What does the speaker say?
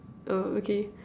[oh]okay